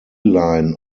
line